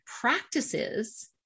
practices